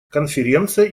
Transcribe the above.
конференция